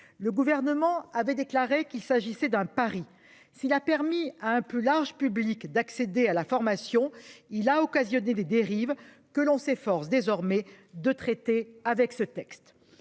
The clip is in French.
Le gouvernement avait déclaré qu'il s'agissait d'un Paris s'il a permis à un plus large public d'accéder à la formation, il a occasionné des dérives que l'on s'efforce désormais de traiter avec ce texte.